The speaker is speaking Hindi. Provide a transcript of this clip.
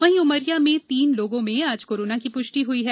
वहीं उमरिया में तीन लोगों में आज कोरोना की पुष्टि हुई है